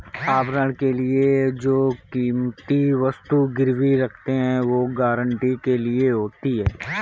आप ऋण के लिए जो कीमती वस्तु गिरवी रखते हैं, वो गारंटी के लिए होती है